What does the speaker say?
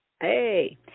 Hey